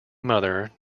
mother